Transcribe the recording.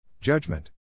Judgment